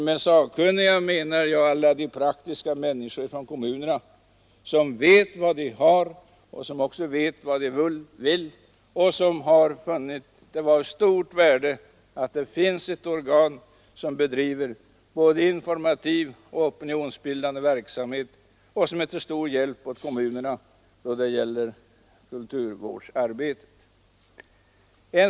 Med sakkunniga menar jag alla de praktiska människor i kommunerna som vet vad de har, som också vet vad de vill och som har funnit det vara av stort värde att det finns ett organ som bedriver både informativ och opinionsbildande verksamhet och är till stor hjälp åt kommunerna då det gäller kulturvårdsarbetet.